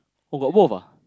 oh got both ah